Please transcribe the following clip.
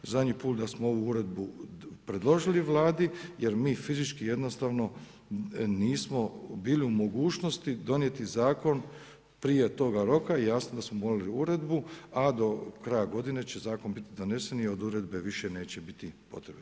Zadnji put kad smo ovu uredbu predložili Vladi, jer mi fizički jednostavno nismo bili u mogućnosti donijeti zakon prije toga roka i jasno da smo morali uredbu, a do kraja godine će zakon biti donesen i od uredbe više neće biti potrebe.